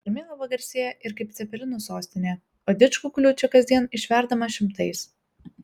karmėlava garsėja ir kaip cepelinų sostinė o didžkukulių čia kasdien išverdama šimtais